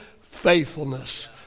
faithfulness